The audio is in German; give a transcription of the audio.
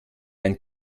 ein